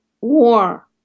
war